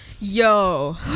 yo